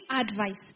advice